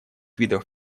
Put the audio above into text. видов